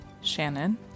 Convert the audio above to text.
shannon